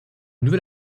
nouvel